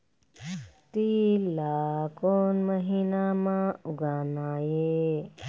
तील ला कोन महीना म उगाना ये?